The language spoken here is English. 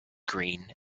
green